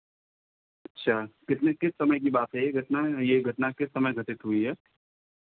अच्छा कितने किस समय की बात है ये घटना ये घटना किस समय घटित हुई है